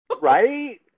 Right